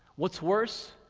what's worse,